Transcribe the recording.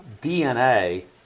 DNA